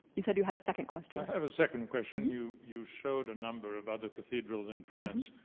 you said you had a second question. i have a second question. you you showed a number of other cathedrals in france,